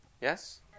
Yes